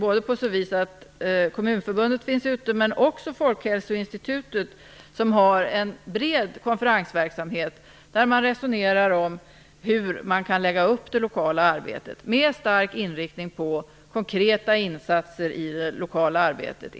Kommunförbundet finns ute med information, men också Folkhälsoinstitutet har en bred konferensverksamhet där man resonerar om hur man kan lägga upp det lokala arbetet, med en stark inriktning på konkreta insatser i det lokala arbetet.